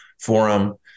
Forum